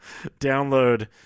download